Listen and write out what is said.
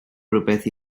rywbeth